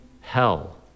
hell